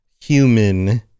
human